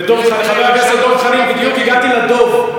וחבר הכנסת דב חנין, בדיוק הגעתי לדוב.